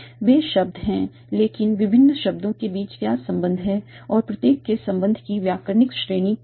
वे शब्द हैं लेकिन विभिन्न शब्दों के बीच क्या संबंध हैं और प्रत्येक के संबंध की व्याकरणिक श्रेणी क्या है